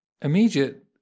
Immediate